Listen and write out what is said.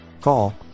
Call